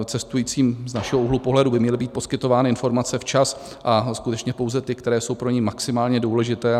Cestujícím z našeho úhlu pohledu by měly být poskytovány informace včas a skutečně pouze ty, které jsou pro ně maximálně důležité.